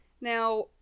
Now